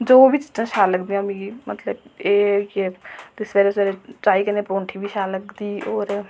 जो बी चीजां शैल लगदियां मिगी मतलब एह् सवेरे सवेरे चाही कन्नै परोंठी बी शैल लगदी और